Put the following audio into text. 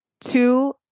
Two